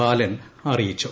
ബാലൻ അറിയിച്ചു